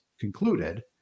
concluded